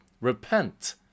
Repent